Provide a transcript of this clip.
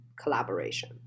collaboration